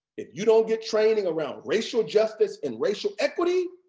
if you don't get training around racial justice and racial equity,